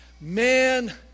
man